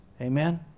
Amen